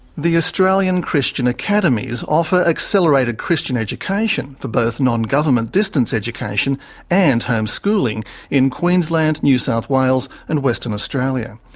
the australian christian academies offer accelerated christian education for both non-government distance education and homeschooling in queensland, new south wales and western australia.